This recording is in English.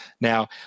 Now